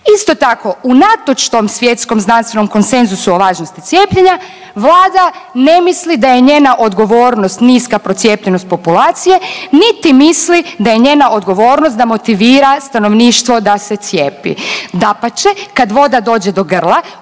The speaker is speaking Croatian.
Isto tako unatoč tom svjetskom znanstvenom konsenzusu o važnosti cijepljenja Vlada ne misli da je njena odgovornost niska procijepljenost populacije, niti misli da je njena odgovornost da motivira stanovništvo da se cijepi. Dapače, kad voda dođe do grla